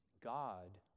God